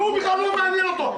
והוא בכלל לא מעניין אותו.